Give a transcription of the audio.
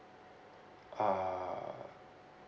uh